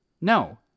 No